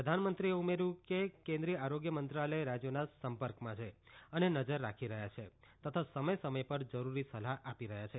પ્રધાનમંત્રીએ ઉમેર્યુ કે કેન્દ્રીય આરોગ્ય મંત્રાલય રાજ્યોના સંપર્કમાં છે અને નજર રાખી રહ્યા છે તથા સમય સમય પર જરૂરી સલાહ આપી રહ્યા છે